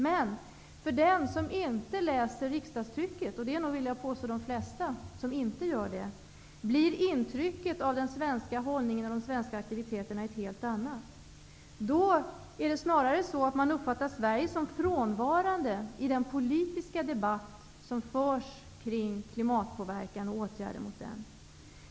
Men för den som inte läser riksdagstrycket -- och det är nog, vill jag påstå, de flesta -- blir intrycket av den svenska hållningen och de svenska aktiviteterna ett helt annat. Då uppfattar man snarare Sverige som frånvarande i den politiska debatt som förs kring klimatpåverkan och åtgärder mot den.